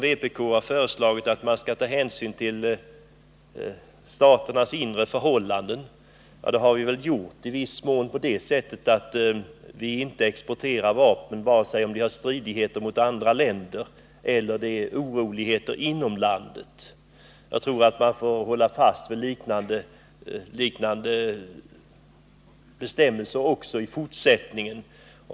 Vpk har föreslagit att man skall ta hänsyn till staternas inre förhållanden. Det har vi väl gjort i viss mån så till vida att vi inte exporterar vapen, om det är fråga om stridigheter mot andra länder eller oroligheter inom landet. Jag tror att man får hålla fast vid liknande bestämmelser också i fortsättningen.